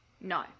No